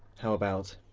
how about,